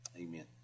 Amen